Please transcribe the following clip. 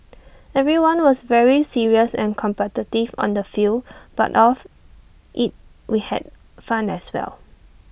everyone was very serious and competitive on the field but off IT we had fun as well